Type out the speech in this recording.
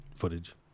footage